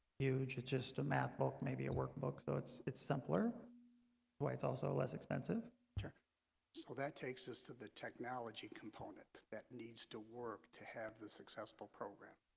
huge it's just a math book. maybe a workbook. so it's it's simpler why it's also ah less expensive sure so that takes us to the technology component that needs to work to have the successful program,